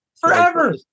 Forever